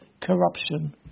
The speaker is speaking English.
corruption